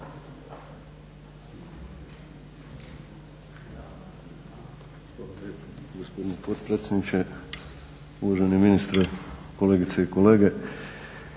Hvala vam